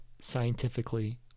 scientifically